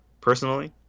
personally